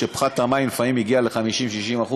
שפחת המים לפעמים הגיע ל-50% או ל-60%.